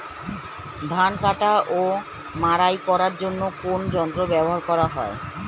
ধান কাটা ও মাড়াই করার জন্য কোন যন্ত্র ব্যবহার করা হয়?